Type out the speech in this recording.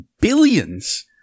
billions